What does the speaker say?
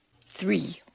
Three-